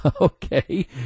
Okay